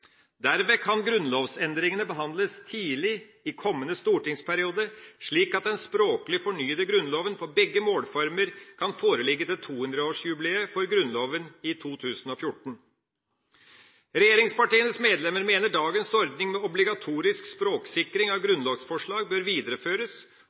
kan grunnlovsendringene behandles tidlig i kommende stortingsperiode, slik at den språklig fornyede Grunnloven på begge målformer kan foreligge til 200-årsjubileet for Grunnloven i 2014. Regjeringspartienes medlemmer mener dagens ordning med obligatorisk språksikring av